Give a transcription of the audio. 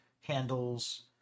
handles